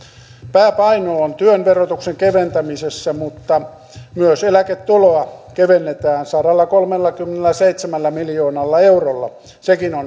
pääpaino on työn verotuksen keventämisessä mutta myös eläketulon verotusta kevennetään sadallakolmellakymmenelläseitsemällä miljoonalla eurolla sekin on